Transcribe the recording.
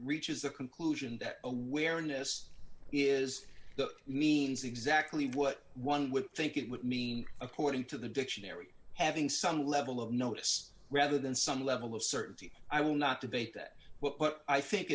reaches a conclusion that awareness is that means exactly what one would think it would mean according to the dictionary having some level of notice rather than some level of certainty i will not debate that what i think